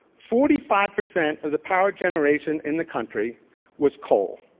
forty five percent of the power generation in the country was coal,